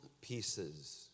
pieces